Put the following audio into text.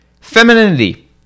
Femininity